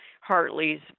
Hartley's